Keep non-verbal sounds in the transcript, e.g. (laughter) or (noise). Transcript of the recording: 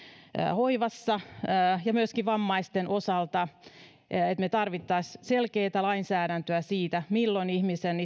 hoivassa ja myöskin vammaisten osalta että me tarvitsisimme selkeätä lainsäädäntöä siitä milloin ihmisen (unintelligible)